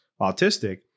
autistic